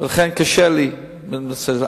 ולכן קשה לי בנושא הזה.